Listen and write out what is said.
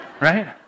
Right